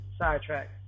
sidetrack